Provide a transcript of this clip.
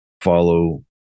follow